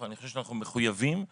אני חושב שאנחנו מחויבים לפעול.